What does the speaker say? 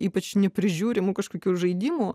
ypač neprižiūrimų kažkokių žaidimų